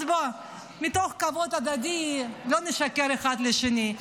אז בוא, מתוך כבוד הדדי לא נשקר אחד לשני.